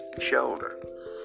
shoulder